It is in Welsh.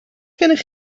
gennych